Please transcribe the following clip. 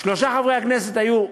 שלושה חברי הכנסת היו,